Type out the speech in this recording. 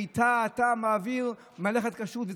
ואיתה אתה מעביר מלאכת כשרות.